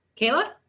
kayla